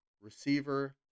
receiver